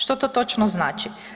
Što to točno znači?